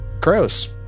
Gross